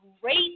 great